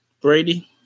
Brady